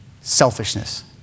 selfishness